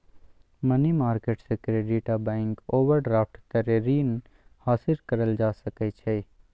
money market से credit आ bank overdraft तरे रीन हासिल करल जा सकइ छइ